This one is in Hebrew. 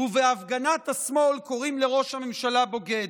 ובהפגנת השמאל קוראים לראש הממשלה בוגד.